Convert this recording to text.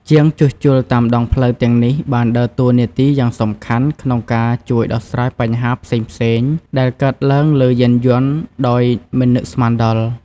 ជាងជួសជុលតាមដងផ្លូវទាំងនេះបានដើរតួនាទីយ៉ាងសំខាន់ក្នុងការជួយដោះស្រាយបញ្ហាផ្សេងៗដែលកើតឡើងលើយានយន្តដោយមិននឹកស្មានដល់។